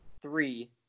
three